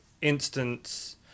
instance